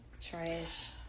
Trash